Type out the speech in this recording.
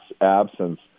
absence